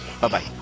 Bye-bye